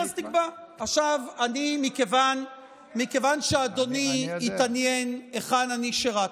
מכיוון שאדוני התעניין היכן אני שירתי,